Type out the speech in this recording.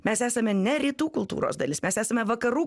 mes esame ne rytų kultūros dalis mes esame vakarų